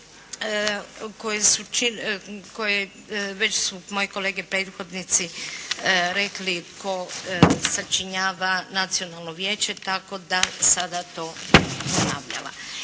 koje već su moje kolege prethodnici rekli tko sačinjava nacionalno vijeće tako da sada to ne bih ponavljala.